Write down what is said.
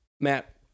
Matt